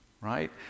right